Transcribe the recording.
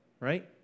Right